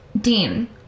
Dean